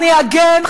אני אגן,